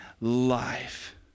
life